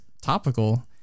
topical